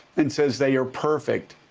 and says they are perfect,